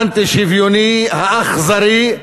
האנטי-שוויוני, האכזרי.